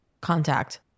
contact